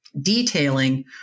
detailing